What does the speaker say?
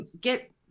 get